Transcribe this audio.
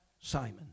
Simon